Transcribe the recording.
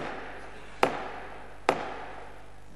5 הצעות סיעות קדימה,